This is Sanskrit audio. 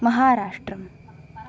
महाराष्ट्रम्